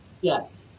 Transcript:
Yes